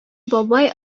бабай